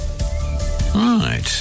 Right